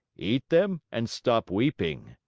eat them and stop weeping.